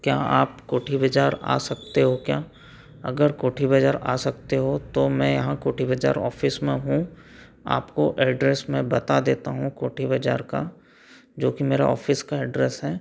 क्या आप कोठी बाजार आ सकते हो क्या अगर कोठी बाजार आ सकते हो तो मैं यहाँ कोठी बाजार ऑफिस में हूँ आपको एड्रेस मैं बता देता हूँ कोठी बाजार का जो कि मेरा ऑफिस का एड्रेस है